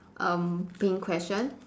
um pink question